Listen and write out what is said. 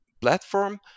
platform